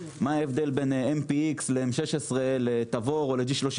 מה ההבדל בין MPX ל- 16M, לתבור או ל- 36G,